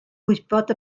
gwybod